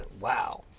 Wow